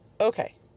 Okay